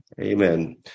Amen